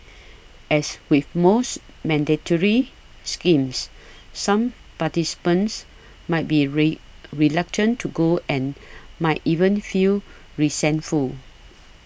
as with most mandatory schemes some participants might be ray reluctant to go and might even feel resentful